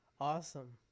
Awesome